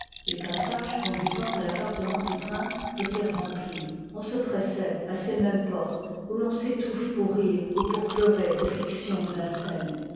les passages conduisant à tappartement du prince étoient remplis on se pressoit à ces mêmes portes h part où ton s'ëtouffe pour rire ou pour pleurer liv il aux fictions de la scène